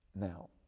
Now